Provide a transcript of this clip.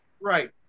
Right